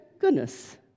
goodness